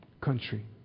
country